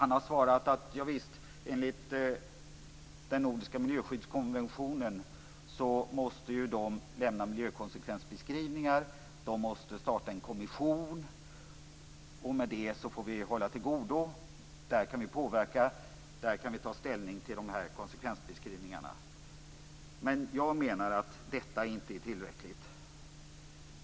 Han har svarat att de enligt den nordiska miljöskyddskonventionen måste lämna miljökonsekvensbeskrivningar, och att de måste starta en kommission. Med det får vi hålla till godo. Där kan vi påverka. Där kan vi ta ställning till dessa konsekvensbeskrivningar. Jag menar att detta inte är tillräckligt.